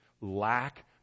lack